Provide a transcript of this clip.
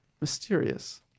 mysterious